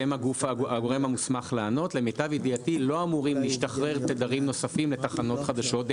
והם הגורם המוסמך לענות לא אמורים להשתחרר תדרים נוספים לתחנות חדשות.